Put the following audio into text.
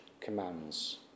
commands